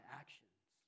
actions